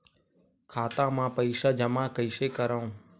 खाता म पईसा जमा कइसे करव?